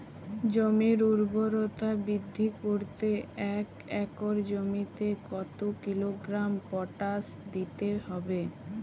জমির ঊর্বরতা বৃদ্ধি করতে এক একর জমিতে কত কিলোগ্রাম পটাশ দিতে হবে?